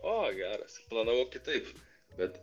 o geras planavau kitaip bet